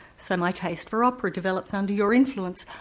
so my taste for opera develops under your influence.